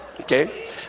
Okay